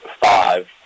five